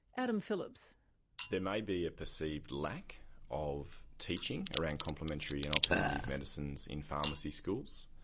adam phillips there may be a perceived lack of teaching around complementary and alternative medicine in pharmacy schools.